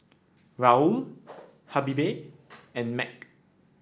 Raoul Habibie and Mac